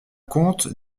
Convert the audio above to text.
comte